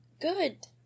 good